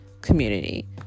community